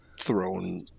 thrown